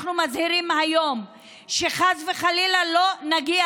אנחנו מזהירים היום שחס וחלילה לא נגיע